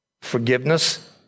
Forgiveness